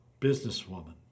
businesswoman